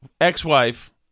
ex-wife